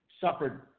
suffered